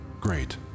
Great